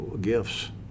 gifts